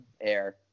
air